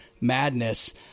madness